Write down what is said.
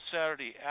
Saturday